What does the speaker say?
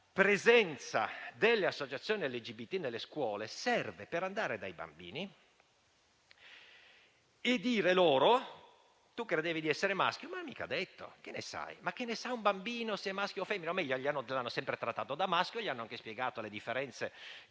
La presenza delle associazioni LGBT nelle scuole serve per andare dai bambini e dire loro: tu credevi di essere maschio, ma non è mica detto. Che ne sai? Ma che cosa ne sa un bambino se è maschio o femmina? O meglio: lo hanno sempre trattato da maschio, gli hanno anche spiegato le differenze tra un maschio